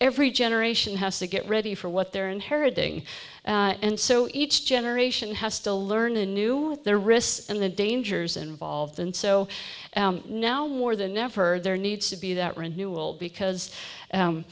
every generation has to get ready for what they're inheriting and so each generation has to learn a new with their wrists and the dangers involved and so now more than ever there needs to be that renewal because